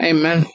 Amen